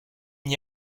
n’y